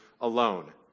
alone